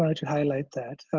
ah to highlight that.